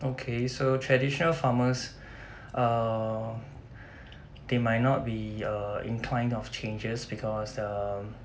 okay so traditional farmers uh they might not be err inclined of changes because err